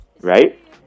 right